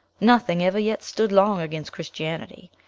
nothing ever yet stood long against christianity.